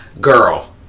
girl